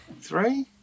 three